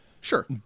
Sure